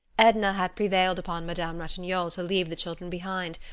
edna had prevailed upon madame ratignolle to leave the children behind,